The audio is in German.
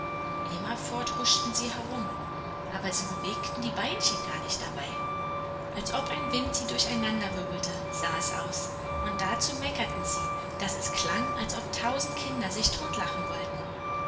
immerfort huschten sie herum aber sie bewegten die beinchen gar nicht dabei als ob ein wind sie durcheinanderwirbelte sah es aus und dazu meckerten sie daß es klang als ob tausend kinder sich totlachen wollten